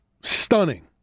stunning